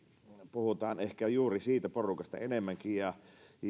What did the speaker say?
puhutaan ehkä juuri siitä porukasta enemmänkin